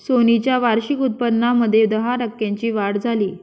Sony च्या वार्षिक उत्पन्नामध्ये दहा टक्क्यांची वाढ झाली